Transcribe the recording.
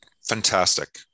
Fantastic